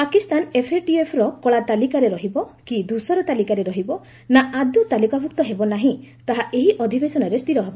ପାକିସ୍ତାନ ଏଫ୍ଏଟିଏଫ୍ର କଳା ତାଲିକାରେ ରହିବ କି ଧୃଷର ତାଲିକାରେ ରହିବ ନା ଆଦୌ ତାଲିକାଭୁକ୍ତ ହେବ ନାହିଁ ତାହା ଏହି ଅଧିବେଶନରେ ସ୍ଥିର ହେବ